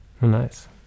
nice